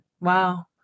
Wow